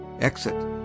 Exit